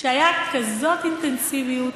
שהייתה כזאת אינטנסיביות